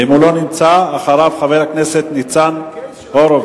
ואם הוא לא נמצא, אחריו, חבר הכנסת ניצן הורוביץ.